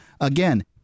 Again